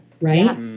right